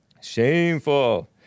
Shameful